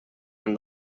and